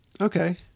Okay